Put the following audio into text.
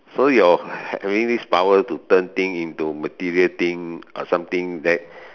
so your having this power to turn thing into material thing or something that